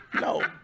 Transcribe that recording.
No